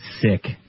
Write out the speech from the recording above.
SICK